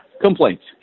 Complaints